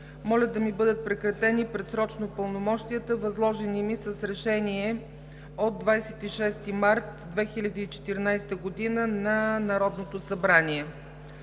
Моля да ми бъдат прекратени предсрочно пълномощията, възложени ми с Решение от 26 март 2014 г. на Народното събрание”.